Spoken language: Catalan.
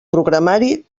programari